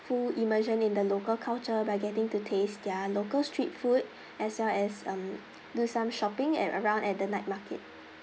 full immersion in the local culture by getting to taste their local street food as well as um do some shopping at around at the night market